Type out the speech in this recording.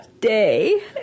day